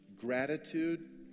Gratitude